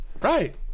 Right